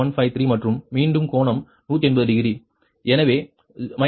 6153 மற்றும் மீண்டும் கோணம் 180 டிகிரி எனவே 0